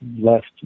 left